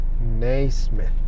Naismith